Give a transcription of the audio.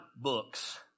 books